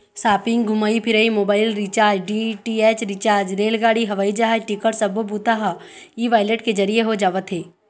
shopping, घूमई फिरई, mobile recharge, DTH recharge, रेलगाड़ी, हवई जहाज टिकट सब्बो बूता ह ई वॉलेट के जरिए हो जावत हे